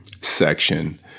section